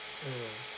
mm